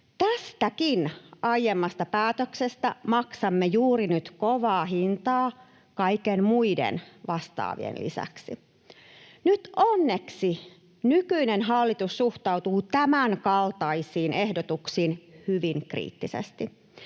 Tästäkin aiemmasta päätöksestä maksamme juuri nyt kovaa hintaa kaikkien muiden vastaavien lisäksi. Nyt onneksi nykyinen hallitus suhtautuu tämän kaltaisiin ehdotuksiin hyvin kriittisesti